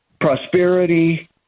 prosperity